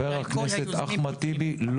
חבר הכנת אחמד טיבי,